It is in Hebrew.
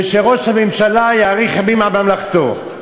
ושראש הממשלה יאריך ימים בממלכתו,